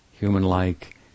human-like